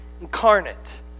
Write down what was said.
incarnate